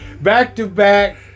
Back-to-back